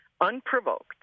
unprovoked